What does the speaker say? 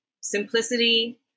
simplicity